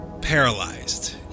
paralyzed